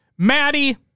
Maddie